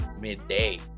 midday